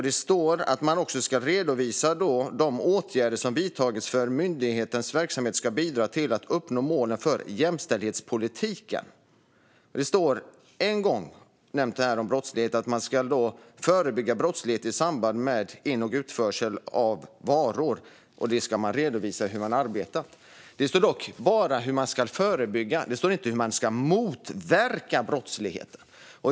Det står också att man "ska redovisa resultat av de åtgärder avseende jämställdhetsintegrering som vidtagits för att myndighetens verksamhet ska bidra till att uppnå målen för jämställdhetspolitiken". Om brottslighet står det på ett ställe att "Tullverket ska redovisa hur myndigheten har stärkt arbetet med att förebygga brottslighet i samband med in och utförsel av varor". Det står dock bara hur man ska förebygga och inte hur man ska motverka brottsligheten.